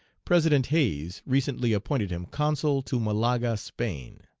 president hayes recently appointed him consul to malaga, spain.